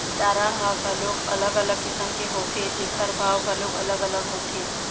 चारा ह घलोक अलग अलग किसम के होथे जेखर भाव घलोक अलग अलग होथे